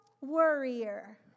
worrier